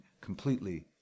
completely